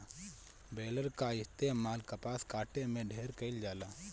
baler कअ इस्तेमाल कपास काटे में ढेर कइल जाला